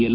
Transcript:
L